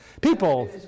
people